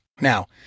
Now